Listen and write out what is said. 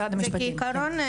זה כעיקרון,